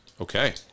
Okay